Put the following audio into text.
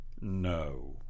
No